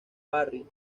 barry